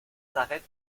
s’arrête